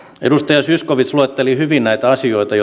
edustaja zyskowicz luetteli hyvin näitä asioita